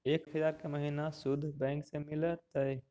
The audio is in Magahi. एक हजार के महिना शुद्ध बैंक से मिल तय?